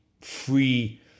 free